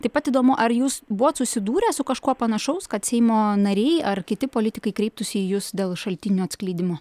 taip pat įdomu ar jūs buvot susidūrę su kažkuo panašaus kad seimo nariai ar kiti politikai kreiptųsi į jus dėl šaltinių atskleidimo